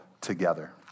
together